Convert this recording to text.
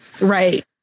Right